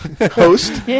host